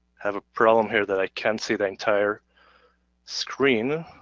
have a problem here that i can't see the entire screen,